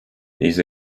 these